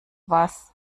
was